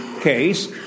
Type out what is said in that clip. case